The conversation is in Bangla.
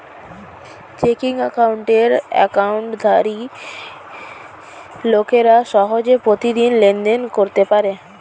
চেকিং অ্যাকাউন্টের অ্যাকাউন্টধারী লোকেরা সহজে প্রতিদিন লেনদেন করতে পারে